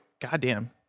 Goddamn